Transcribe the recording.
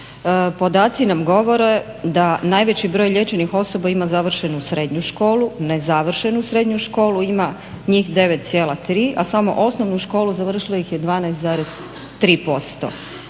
podaci nam govore da najveći broj liječenih osoba ima završenu srednju školu, nezavršenu školu ima njih 9,3, a samo osnovnu školu završilo ih je 12,3%.